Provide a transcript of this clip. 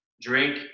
drink